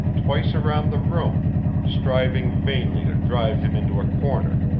twice around the room striving vainly to drive him into a corner,